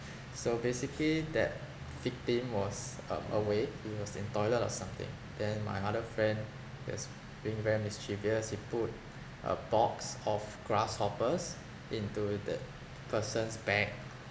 so basically that victim was a~ away he was in toilet or something then my other friend that's being very mischievous he put a box of grasshoppers into that person's bag